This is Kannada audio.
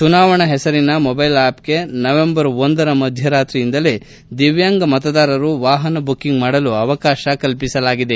ಚುನಾವಣಾ ಹೆಸರಿನ ಮೊಬೈಲ್ ಆಪ್ಗೆ ಮಧ್ವರಾತ್ರಿಯಿಂದಲೇ ದಿವ್ಯಾಂಗ ಮತದಾರರು ವಾಹನ ಬುಕ್ಕಿಂಗ್ ಮಾಡಲು ಅವಕಾಶ ಕಲ್ಪಿಸಲಾಗಿದೆ